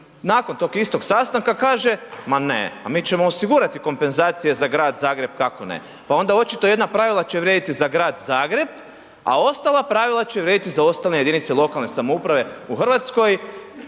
nakon tog istog sastanka kaže, ma ne pa mi ćemo osigurati kompenzacije za Grad Zagreb, kako ne. Pa onda očito jedna pravila će vrijediti za Grad Zagreb, a ostala pravila će vrijediti za ostale jedinice lokalne samouprave u Hrvatskoj